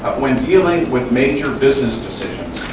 when dealing with major business decisions,